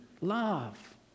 Love